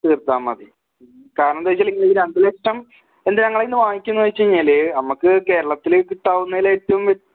തീർത്താൽ മതി കാരണം എന്താണെന്ന് വെച്ചാൽ നിങ്ങൾക്ക് രണ്ട് ലക്ഷം എന്തിനാണ് നിങ്ങളുടെ കയ്യിൽ നിന്ന് വാങ്ങിക്കുന്നത് എന്ന് വെച്ച് കഴിഞ്ഞാല് നമുക്ക് കേരളത്തിലെ കിട്ടാവുന്നതിൽ ഏറ്റവും